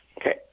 okay